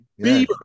Bieber